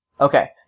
Okay